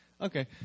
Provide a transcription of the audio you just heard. Okay